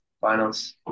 finals